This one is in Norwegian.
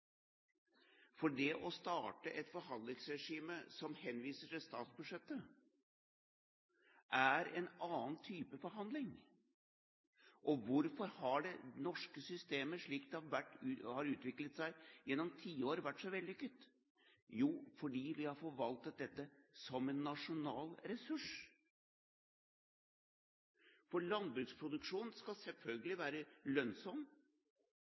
landbruk. Det å starte et forhandlingsregime som henviser til statsbudsjettet, er en annen type forhandling. Hvorfor har det norske systemet, slik det har utviklet seg gjennom tiår, vært så vellykket? Jo, det er fordi man har forvaltet dette som en nasjonal ressurs. Landbruksproduksjonen skal selvfølgelig være lønnsom.